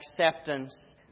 acceptance